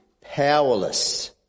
powerless